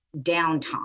downtime